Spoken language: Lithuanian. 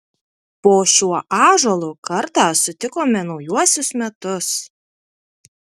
po šiuo ąžuolu kartą sutikome naujuosius metus